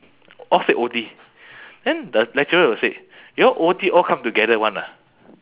all said O_T then the lecturer will say you all O_T all come together [one] ah